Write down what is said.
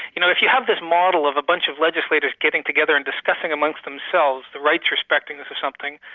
you know if you have this model of a bunch of legislators getting together and discussing amongst themselves the rights respectingness of something,